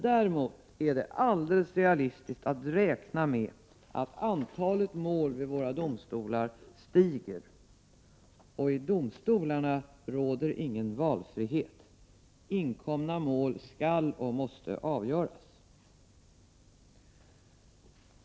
Däremot är det helt realistiskt att räkna med att antalet mål vid våra domstolar stiger. I domstolarna råder ingen valfrihet. Inkomna mål skall och måste avgöras.